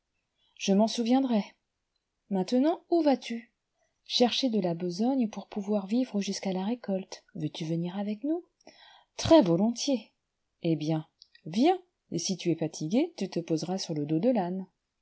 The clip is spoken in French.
je m'en souviendrai maintenant où vas-tu chercher de la besogne pour pouvoir vivre jusqu'à la récolte veux-tu venir avec nous très-volontiers eh bien viens et si tu es fatigué tu te poseras sur ie dos de l'âne